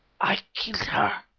i killed her!